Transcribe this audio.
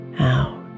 out